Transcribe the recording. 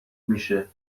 میشه